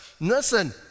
Listen